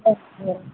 okay